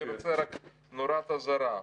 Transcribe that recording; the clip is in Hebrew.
אני רוצה רק נורת אזהרה.